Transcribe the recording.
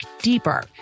deeper